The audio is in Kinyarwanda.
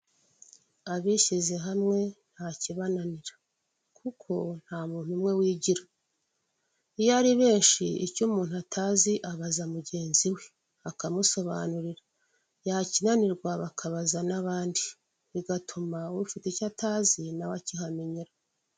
Abishyize hamwe nta kibananira kuko nta muntu umwe wigira, iyo ari benshi icyo umuntu atazi abaza mugenzi we akamusobanurira, yakinanirwa bakabaza n'abandi bigatuma ufite icyo atazi nawe akihamenyera.